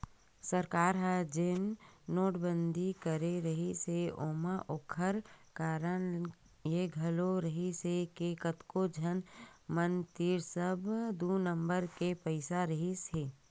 सरकार ह जेन नोटबंदी करे रिहिस हे ओमा ओखर कारन ये घलोक रिहिस हे के कतको झन मन तीर सब दू नंबर के पइसा रहिसे हे